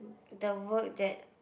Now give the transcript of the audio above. the work that